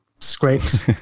scrapes